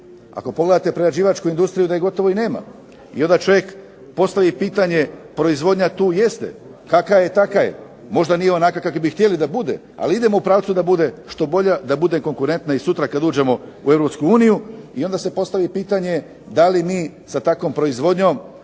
Ako pogledate prerađivačku industriju da je gotovo i nema. I onda čovjek postavi pitanje proizvodnja tu jeste, kakva je takva je, možda nije onakav kakva bi htjela da bude, ali idemo u pravcu da bude što bolje, da bude konkurentna i sutra kada uđemo u Europsku uniju. I onda se postavi pitanje, da li mi sa takvom proizvodnjom